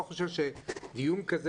אני לא חושב שדיון כזה,